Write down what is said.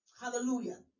Hallelujah